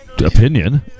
Opinion